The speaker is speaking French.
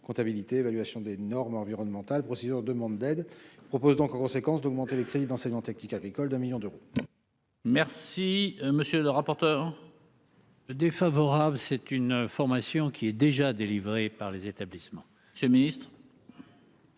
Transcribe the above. comptabilité évaluation des normes environnementales procédure demande d'aide propose donc en conséquence d'augmenter les crédits d'enseignement technique agricole un millions d'euros. Merci, monsieur le rapporteur. Défavorable, c'est une formation qui est déjà délivrés par les établissements ce ministre.